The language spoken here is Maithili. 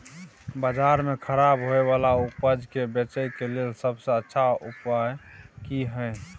बाजार में खराब होय वाला उपज के बेचय के लेल सबसे अच्छा उपाय की हय?